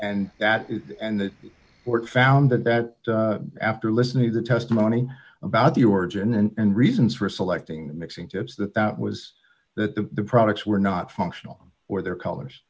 and that is and the court found that that after listening to testimony about the origin and reasons for selecting mixing tips that that was that the products were not functional or their colors